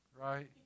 right